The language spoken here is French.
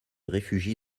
réfugie